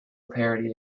parody